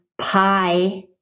pie